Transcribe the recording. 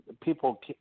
People